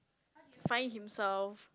find himself